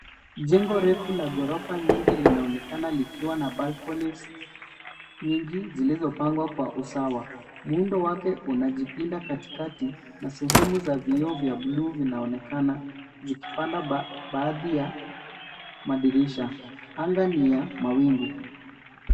Jengo refu la ghorofa nyingi linaonekana likiwa na balconies nyingi zilizopangwa kwa usawa. Muundo wake unajipinda katikati na sehemu ya vioo vya buluu vinaonekana zikipanda baadhi ya madirisha. Anga ni ya mawingu.